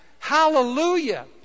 Hallelujah